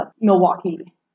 Milwaukee